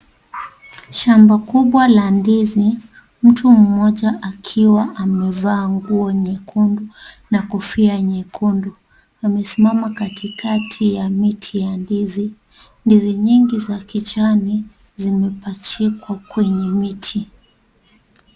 Shamba kubwa la ndizi, mtu mmoja akiwa anmevaa nguo nyekundu na kofia nyekundu amesimama katikati ya miti ya ndizi. Ndizi nyingi za kijani zimepachikwa kwenye miti.